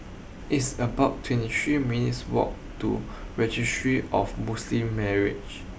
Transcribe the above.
it's about twenty three minutes' walk to Registry of Muslim Marriages